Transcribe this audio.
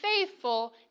faithful